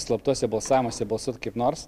slaptuose balsavimuose balsuot kaip nors